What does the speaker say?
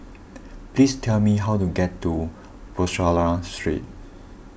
please tell me how to get to Bussorah Street